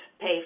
pay